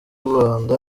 rwanda